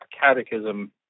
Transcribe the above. catechism